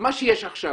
שיש עכשיו,